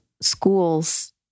schools